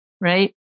right